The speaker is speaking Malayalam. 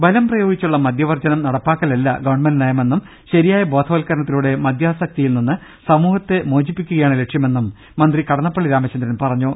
ബലം പ്രയോഗിച്ചുള്ള മദ്യവർജ്ജനം നടപ്പാക്കലല്ല ഗവൺമെന്റ് നയമെന്നും ശരിയായ ബോധവൽക്കരണത്തിലൂടെ മദ്യാസക്തതിയിൽ നിന്ന് സമൂഹത്തെ വിമോചിപ്പിക്കുകയാണ് ലക്ഷ്യമെന്നും മന്ത്രി Kadannappalli Ramachandran പറഞ്ഞു